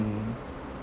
mm